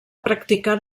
practicar